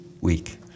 week